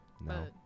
No